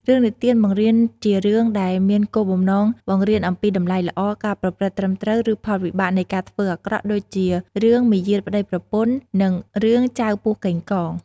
រឿងនិទានបង្រៀនជារឿងដែលមានគោលបំណងបង្រៀនអំពីតម្លៃល្អ ការប្រព្រឹត្តត្រឹមត្រូវ ឬផលវិបាកនៃការធ្វើអាក្រក់ ដូចជា រឿងមាយាទប្ដីប្រពន្ធ នឹង រឿងចៅពស់កេងកង ។